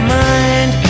mind